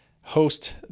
host